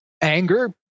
anger